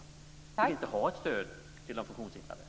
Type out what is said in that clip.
De ville inte ha ett stöd till de funktionshindrade.